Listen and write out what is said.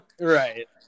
right